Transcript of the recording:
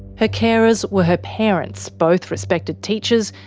her carers were her parents both respected teachers,